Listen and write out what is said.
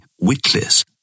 witless